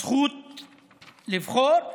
הזכות לבחור,